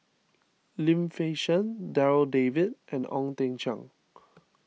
Lim Fei Shen Darryl David and Ong Teng Cheong